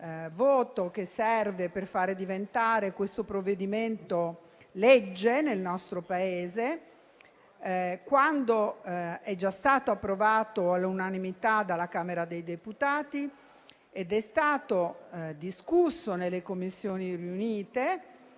questo provvedimento per farlo diventare legge nel nostro Paese, quando è già stato approvato all'unanimità dalla Camera dei deputati ed è stato discusso nelle Commissioni riunite